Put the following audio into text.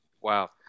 Wow